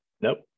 Nope